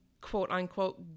quote-unquote